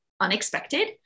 unexpected